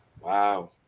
Wow